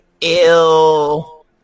ill